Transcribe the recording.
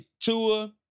Tua